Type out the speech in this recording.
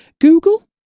Google